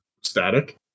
static